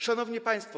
Szanowni Państwo!